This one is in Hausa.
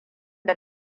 da